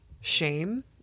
shame